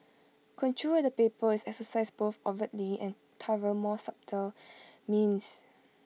control at the paper is exercised both overtly and more subtle means